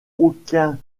aucun